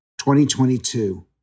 2022